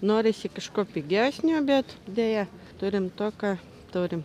norisi kažko pigesnio bet deja turime to ką turime